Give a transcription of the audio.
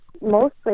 mostly